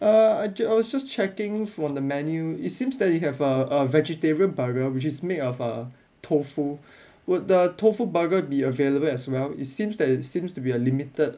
err I just I was just checking on the menu it seems that you have a a vegetarian burger which is made of uh tofu would the tofu burger be available as well it seems that it seems to be a limited